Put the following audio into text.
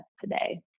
today